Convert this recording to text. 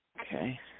Okay